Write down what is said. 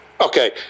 Okay